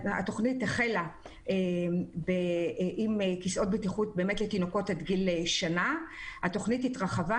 התוכנית החלה עם כיסאות בטיחות לתינוקות עד גיל שנה והתרחבה.